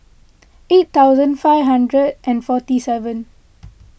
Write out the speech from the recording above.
eight thousand five hundred and forty seven